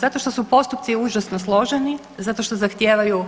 Zato što su postupci užasno složeni, zato što zahtijevaju